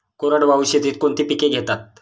कोरडवाहू शेतीत कोणती पिके घेतात?